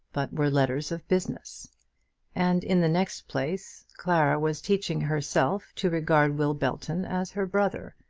but were letters of business and in the next place, clara was teaching herself to regard will belton as her brother,